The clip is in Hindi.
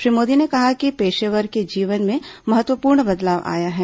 श्री मोदी ने कहा कि पेशेवरों के जीवन में महत्वपूर्ण बदलाव आया है